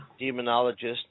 demonologist